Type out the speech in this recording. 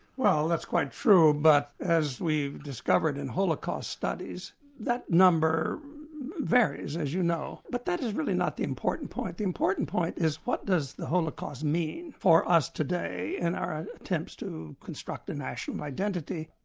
well, that's quite true, but, as we discovered in holocaust studies, that number varies, as you know. but that is really not the important point. the important point is what does the holocaust mean for us today, and in our attempts to construct a national identity.